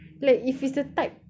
like if it's a type